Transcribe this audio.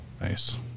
Nice